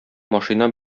машина